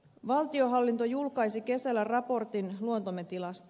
valtionhallinto julkaisi kesällä raportin luontomme tilasta